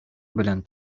белән